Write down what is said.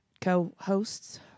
co-hosts